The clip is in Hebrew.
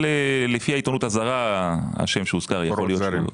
לפי העיתונות הזרה השם שהוזכר יכול להיות.